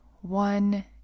one